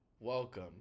Welcome